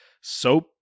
soap